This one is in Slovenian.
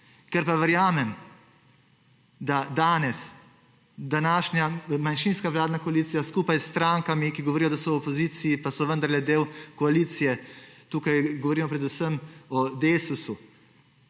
Ker pa verjamem, da danes današnja manjšinska vladna koalicija, skupaj s strankami, ki pravijo, da so v opoziciji, pa so vendarle del koalicije – tu govorimo predvsem o Desusu